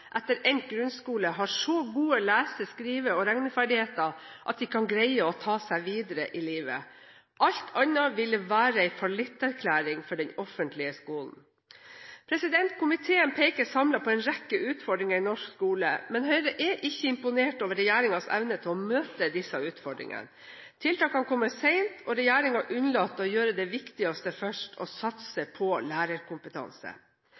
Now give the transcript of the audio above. etter endt grunnskole har så gode lese-, skrive- og regneferdigheter at de kan greie å ta seg videre i livet. Alt annet ville være en fallitterklæring for den offentlige skolen. Komiteen peker samlet på en rekke utfordringer i norsk skole. Men Høyre er ikke imponert over regjeringens evne til å møte disse utfordringene. Tiltakene kommer sent, og regjeringen unnlater å gjøre det viktigste først,